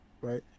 right